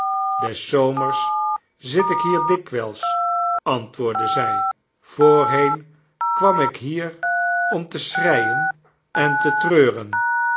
des zomers zit ik hier dikwijls antwoordde zij voorheen kwam ik hier om te schreien en te treuren